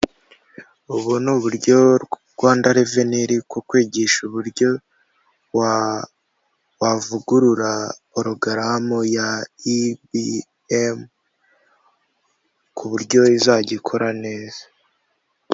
Ubu ni uburyo Rwanda reveni iri kukwigisha uburyo wavugurura porogaramu ya EBM ku buryo izajya ikora neza.